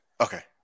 okay